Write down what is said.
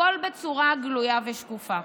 הכול בצורה גלויה ושקופה.